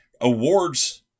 awards